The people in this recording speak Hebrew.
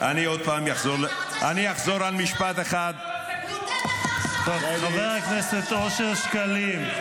גם כשהייתי חדש לא עמדתי בספסלים -- אל תתנשא --- חבר הכנסת שקלים.